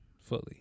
fully